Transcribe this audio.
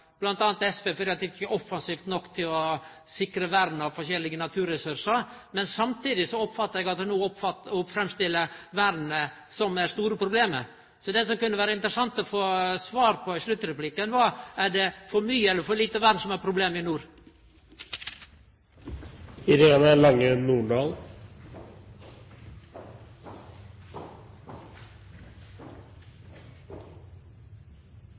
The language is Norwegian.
SV for ikkje å vere offensive nok når det gjeld å sikre vern av forskjellige naturressursar, men samtidig oppfattar eg at ho no framstiller vernet som det store problemet. Så det som det i sluttreplikken kunne ha vore interessant å få svar på, er: Er det for mykje eller for lite vern som er problemet i nord?